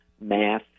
math